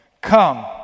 come